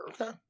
okay